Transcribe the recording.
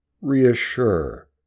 reassure